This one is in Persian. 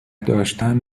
داشتن